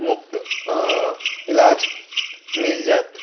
मुफ्त इलाज मिल जायत